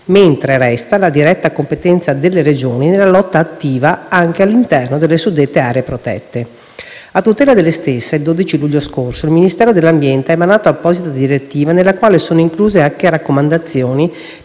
mentre resta la diretta competenza delle Regioni nella lotta attiva, anche all'interno delle suddette aree protette. A tutela delle stesse, il 12 luglio scorso, il Ministero dell'ambiente ha emanato apposita direttiva nella quale sono incluse anche raccomandazioni